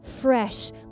fresh